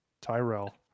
Tyrell